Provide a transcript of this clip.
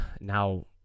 now